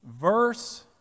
verse